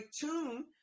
tune